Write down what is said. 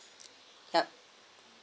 yup